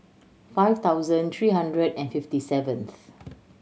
five thousand three hundred and fifty seventh